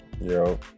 Yo